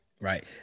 Right